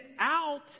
out